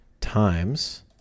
times